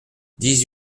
dix